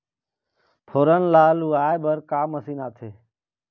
फोरन ला लुआय बर का मशीन आथे?